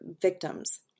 victims